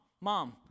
mom